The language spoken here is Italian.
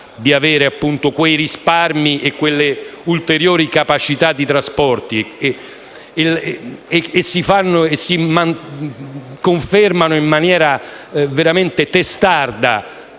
di conseguire quei risparmi e quelle ulteriori capacità di trasporto, e si confermano in maniera veramente testarda